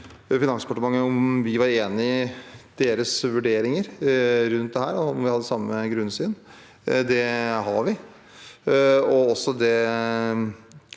Finansdepartementet om vi var enige i deres vurderinger rundt dette, og om vi hadde samme grunnsyn. Det har vi. Det